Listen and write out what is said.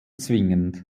zwingend